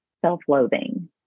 self-loathing